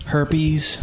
Herpes